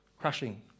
Crushing